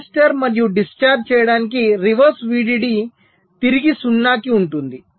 capacitor మరియు discharge చేయడానికి reverse VDD తిరిగి 0 కి ఉంటుంది